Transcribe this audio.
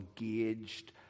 engaged